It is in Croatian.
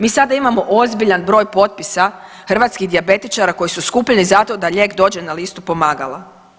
Mi sada imamo ozbiljan broj potpisa hrvatskih dijabetičara koji su skupljeni zato da lijek dođe na listu pomagala.